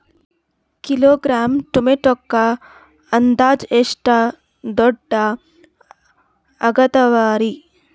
Kilogram ಟೊಮೆಟೊಕ್ಕ ಅಂದಾಜ್ ಎಷ್ಟ ದುಡ್ಡ ಅಗತವರಿ?